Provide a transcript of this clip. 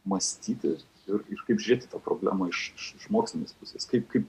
mąstyti ir ir kaip žiūrėti į tą problema iš mokslinės pusės kaip kaip